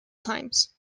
times